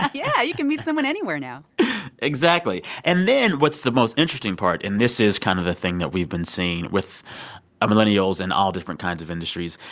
yeah, you can meet someone anywhere now exactly. and then, what's the most interesting part and this is kind of a thing that we've been seeing with millennials in all different kinds of industries.